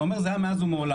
אתה אומר שזה היה מאז ומעולם,